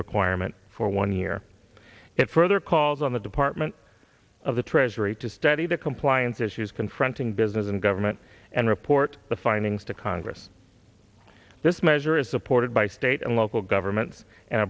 requirement for one year it further calls on the department of the treasury to study the compliance issues confronting business and government and report the findings to congress this measure is supported by state and local governments and